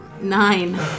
Nine